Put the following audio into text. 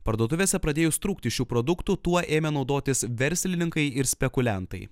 parduotuvėse pradėjus trūkti šių produktų tuo ėmė naudotis verslininkai ir spekuliantai